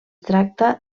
tracta